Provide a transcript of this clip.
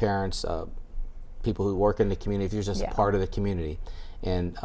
parents people who work in the community are just part of the community and